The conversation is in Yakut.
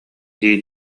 дии